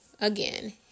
again